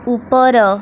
ଉପର